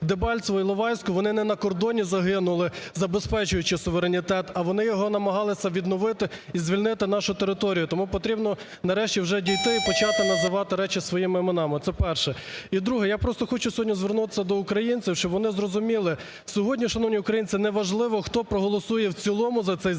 Дебальцеве, Іловайську, вони не на кордоні загинули забезпечуючи суверенітет. А вони його намагалися відновити і звільнити нашу територію. Тому потрібно нарешті вже дійти і називати речі своїми іменами – це, перше. І, друге, я просто хочу сьогодні звернутись до українців, щоб вони зрозуміли, сьогодні, шановні українці, не важливо хто проголосує в цілому за цей закон,